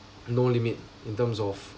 no limit in terms of